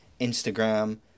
Instagram